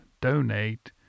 donate